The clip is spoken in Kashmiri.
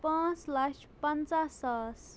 پانٛژھ لَچھ پَنژاہ ساس